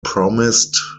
promised